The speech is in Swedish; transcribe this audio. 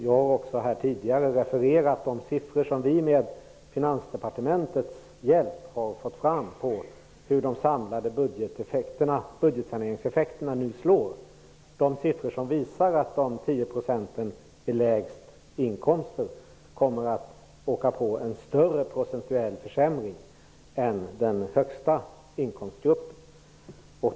Jag har tidigare refererat de siffror som vi med Finansdepartementets hjälp har fått fram om hur de samlade budgetsaneringseffekterna slår. De visar att de tio procenten med lägsta inkomster kommer att åka på en större procentuell försämring än den grupp som har de högsta inkomsterna.